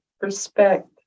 respect